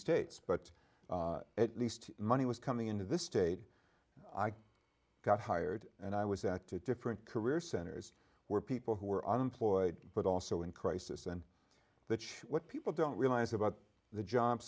states but at least money was coming into this state i got hired and i was at to different career centers where people who are unemployed but also in crisis and that what people don't realize about the job